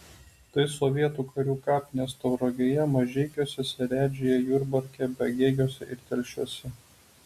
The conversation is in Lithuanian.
tai sovietų karių kapinės tauragėje mažeikiuose seredžiuje jurbarke pagėgiuose ir telšiuose